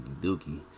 Dookie